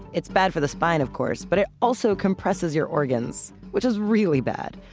it's bad for the spine of course, but it also compresses your organs, which is really bad.